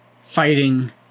fighting